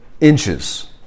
inches